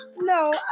No